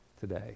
today